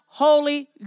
Holy